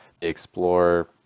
explore